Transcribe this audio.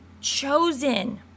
chosen